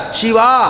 Shiva